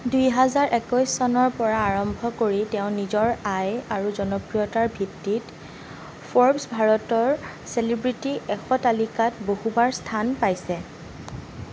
দুই হাজাৰ একৈছ চনৰ পৰা আৰম্ভ কৰি তেওঁ নিজৰ আয় আৰু জনপ্ৰিয়তাৰ ভিত্তিত ফোৰ্বছ ভাৰতৰ চেলিব্ৰিটি এশ তালিকাত বহুবাৰ স্থান পাইছে